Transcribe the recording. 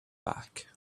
back